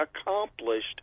accomplished